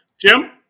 jim